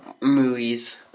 Movies